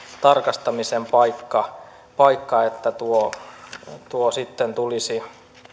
tarkastamisen paikka että nuori ikäkin sitten tulisi